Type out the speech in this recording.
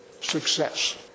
success